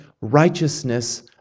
righteousness